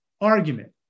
argument